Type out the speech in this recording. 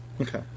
Okay